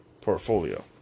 Portfolio